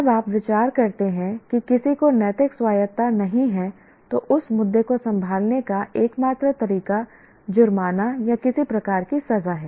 जब आप विचार करते हैं कि किसी को नैतिक स्वायत्तता नहीं है तो उस मुद्दे को संभालने का एकमात्र तरीका जुर्माना या किसी प्रकार की सजा है